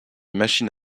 machine